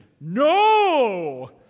No